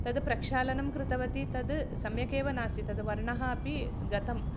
तद् प्रक्षालनं कृतवती तद् सम्यक् एव नासीद् तद् वर्णः अपि गतम्